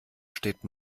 steht